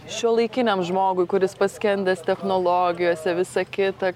šiuolaikiniam žmogui kuris paskendęs technologijose visa kita